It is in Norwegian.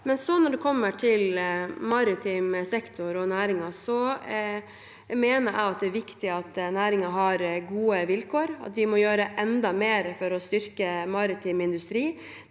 Når det gjelder maritim sektor og maritim næring, mener jeg det er viktig at næringen har gode vilkår, og at vi må gjøre enda mer for å styrke maritim industri.